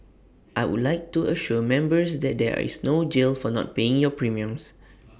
I would like to assure members that there is no jail for not paying your premiums